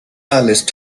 alice